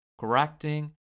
correcting